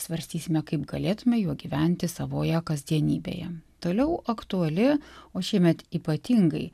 svarstysime kaip galėtume juo gyventi savoje kasdienybėje toliau aktuali o šiemet ypatingai